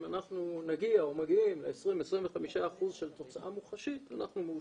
אם אנחנו נגיע או מגיעים ל-25%-20% של תוצאה מוחשית אנחנו מאושרים.